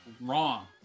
wrong